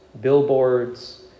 billboards